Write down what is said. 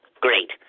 Great